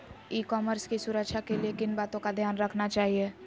ई commerce की सुरक्षा के लिए किन बातों का ध्यान रखना चाहिए?